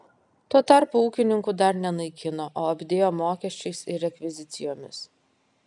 tuo tarpu ūkininkų dar nenaikino o apdėjo mokesčiais ir rekvizicijomis